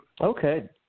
Okay